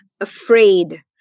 afraid